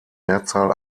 mehrzahl